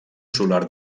solar